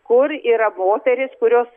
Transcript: kur yra moteris kurios